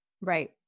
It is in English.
Right